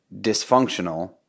dysfunctional